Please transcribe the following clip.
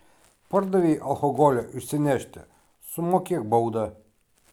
pardavei alkoholio išsinešti sumokėk baudą